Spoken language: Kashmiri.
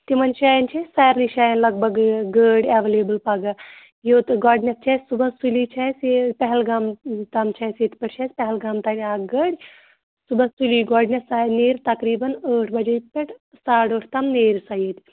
تِمَن جایَن چھِ اَسہِ سارنی جایَن لگ بگ گٲڑۍ گٲڑۍ اٮ۪وٮ۪لیبٕل پگاہ یوٚت گۄڈٕنٮ۪تھ چھِ اَسہِ صُبحس سُلی چھِ اَسہِ یہِ پہلگام تام چھِ اَسہِ ییٚتہِ پٮ۪ٹھ چھِ اَسہِ پہلگام تام اَکھ گٲڑۍ صُبحَس سُلی گۄڈٕنٮ۪تھ سُہ حظ نیرِ تقریٖباً ٲٹھ بَجے پٮ۪ٹھ ساڑٕ ٲٹھ تام نیرِ سۄ ییٚتہِ